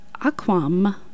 Aquam